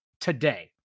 today